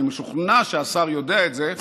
אני משוכנע שהשר יודע את זה,